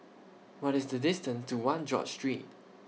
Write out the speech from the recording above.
What IS The distance to one George Street